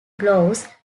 gloves